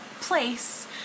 place